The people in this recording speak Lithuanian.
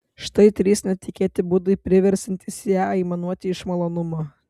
štai trys netikėti būdai priversiantys ją aimanuoti iš malonumo